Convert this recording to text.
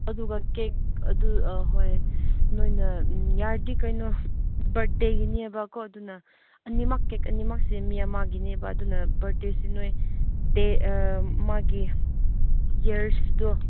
ꯑꯗꯨꯒ ꯀꯦꯛ ꯑꯗꯨ ꯍꯣꯏ ꯅꯣꯏꯅ ꯌꯥꯔꯗꯤ ꯀꯩꯅꯣ ꯕꯥꯔꯗ ꯗꯦꯒꯤꯅꯦꯕꯀꯣ ꯑꯗꯨꯅ ꯑꯅꯤꯃꯛ ꯀꯦꯛ ꯑꯅꯤꯃꯛꯁꯦ ꯃꯤ ꯑꯃꯒꯤꯅꯦꯕ ꯑꯗꯨꯅ ꯕꯥꯔꯗ ꯗꯦꯁꯤ ꯅꯣꯏ ꯗꯦ ꯃꯥꯒꯤ ꯏꯌꯥꯔꯇꯣ